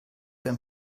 wenn